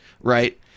right